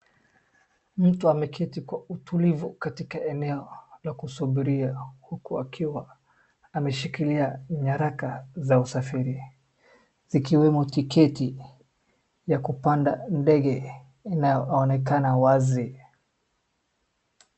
Mtu ameketi kwa utulivu katika eneo la kusubiria huku akiwa ameshikilia nyaraka za usafiri zikiwemo tiketi ya kupanda ndege na inaonekana wazi.